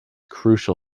crucial